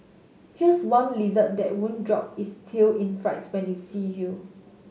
here's one lizard that won't drop its tail in fright when it see you